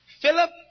Philip